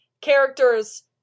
characters